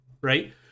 right